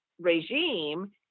regime